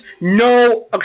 no